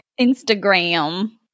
Instagram